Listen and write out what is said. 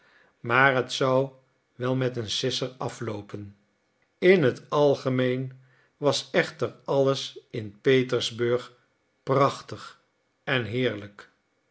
maar het zou wel met een sisser afloopen in het algemeen was echter alles in petersburg prachtig en heerlijk